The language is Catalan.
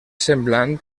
semblant